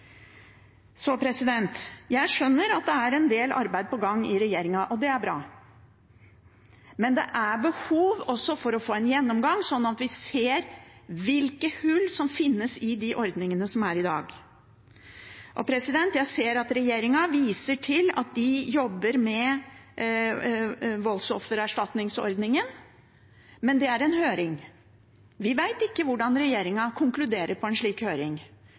Jeg skjønner at det er en del arbeid på gang i regjeringen, og det er bra. Men det er behov også for å få en gjennomgang, sånn at vi ser hvilke hull som finnes i de ordningene som er i dag. Jeg ser at regjeringen viser til at de jobber med voldsoffererstatningsordningen, men det er på høring. Vi vet ikke hvordan regjeringen vil konkludere etter en slik høring.